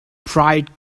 pride